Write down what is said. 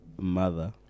mother